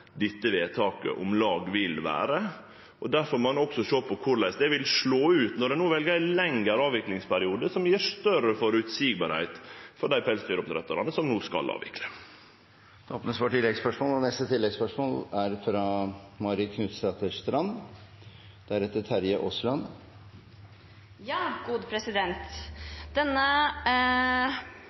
må ein òg sjå på korleis det vil slå ut når ein no vel ein lengre avviklingsperiode, som vil gjere det meir føreseieleg for dei pelsdyroppdrettarane som no skal avvikle. Marit Knutsdatter Strand – til oppfølgingsspørsmål. Denne beregningen som ble gjort, og